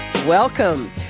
Welcome